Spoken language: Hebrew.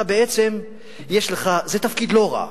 זה תפקיד לא רע,